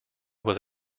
was